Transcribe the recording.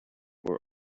were